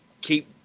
keep